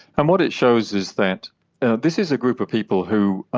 and what it shows is that this is a group of people who,